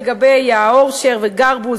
לגבי אורשר וגרבוז,